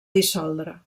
dissoldre